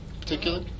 particular